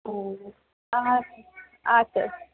ও আচ্ছা আচ্ছা